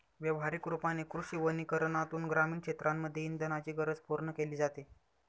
व्यवहारिक रूपाने कृषी वनीकरनातून ग्रामीण क्षेत्रांमध्ये इंधनाची गरज पूर्ण केली जाते